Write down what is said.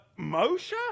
Moshe